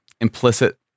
implicit